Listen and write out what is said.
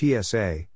PSA